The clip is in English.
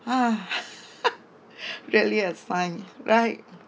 uh really a sign right